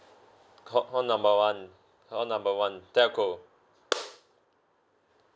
call call number one call number one telco